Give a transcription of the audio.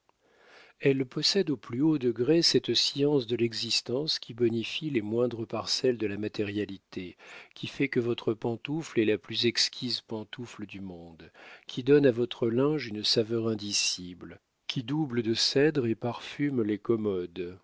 elle possède au plus haut degré cette science de l'existence qui bonifie les moindres parcelles de la matérialité qui fait que votre pantoufle est la plus exquise pantoufle du monde qui donne à votre linge une saveur indicible qui double de cèdre et parfume les commodes